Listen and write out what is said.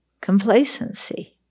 complacency